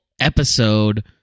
episode